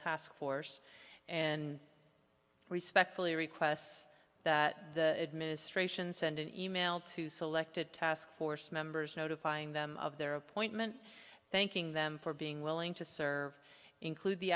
task force and respectfully requests that the administration send an e mail to selected task force members notifying them of their appointment thanking them for being willing to serve include the